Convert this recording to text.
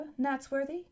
Natsworthy